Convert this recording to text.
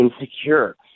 insecure